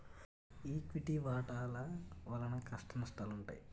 equity వాటాల వలన కష్టనష్టాలుంటాయి